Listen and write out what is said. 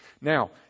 Now